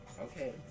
Okay